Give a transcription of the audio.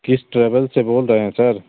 किस ट्रेवल से बोल रहे हैं सर